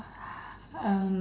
um